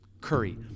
Curry